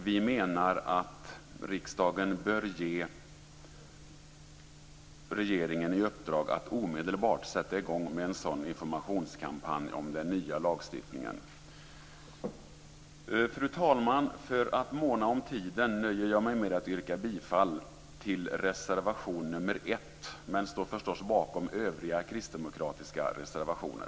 Vi menar att riksdagen bör ge regeringen i uppdrag att omedelbart sätta i gång med en sådan informationskampanj om den nya lagstiftningen. Fru talman! För att måna om tiden nöjer jag mig med att yrka bifall till reservation 1, men står förstås bakom övriga kristdemokratiska reservationer.